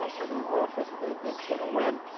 and and ah nlf is is gonna win.